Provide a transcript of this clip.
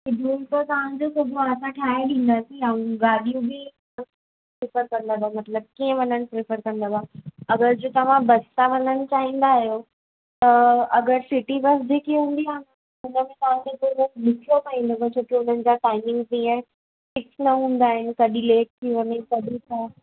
room त तव्हांजो सभ असां ठाहे ॾिंदासीं ऐं गाॾी बि मतलबु कीअं वञण प्रिफ़र कंदव अगरि जे तव्हां बसि सां वञणु चाहींदा आयो त अगरि सिटी बस जेकी हूंदी आहे छोकी हुननि जा टाइमिंग जीअं फ़िक्स न हूंदा आहिनि कॾहिं लेट थी वञे कॾहिं छा